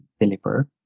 deliver